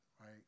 Right